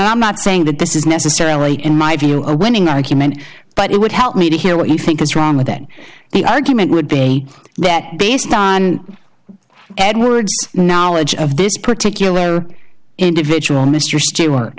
i'm not saying that this is necessarily in my view a winning argument but it would help me to hear what you think is wrong with that the argument would be that based on edwards knowledge of this particular individual mr stewart